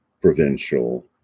provincial